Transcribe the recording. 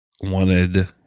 wanted